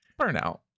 burnout